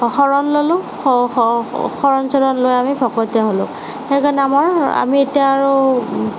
শৰণ ল'লো শৰণ চৰণ লৈ আমি ভকতীয়া হ'লো সেইকাৰণে আমাৰ আমি এতিয়া আৰু